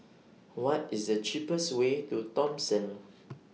What IS The cheapest Way to Thomson